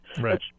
Right